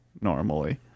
normally